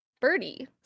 birdie